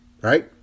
right